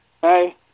Hey